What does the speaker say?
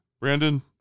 Brandon